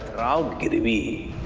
ah give me